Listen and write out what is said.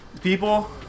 people